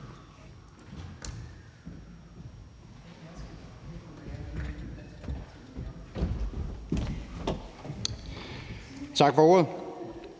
Tak for ordet.